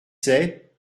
sept